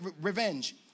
revenge